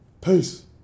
Peace